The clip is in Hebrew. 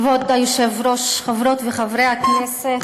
כבוד היושב-ראש, חברות וחברי הכנסת,